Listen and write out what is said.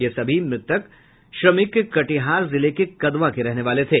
ये सभी मृतक श्रमिक कटिहार जिले के कदवा के रहने वाले थे